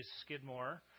Skidmore